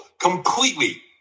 completely